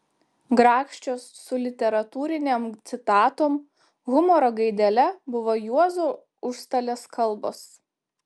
grakščios su literatūrinėm citatom humoro gaidele buvo juozo užstalės kalbos